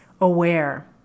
aware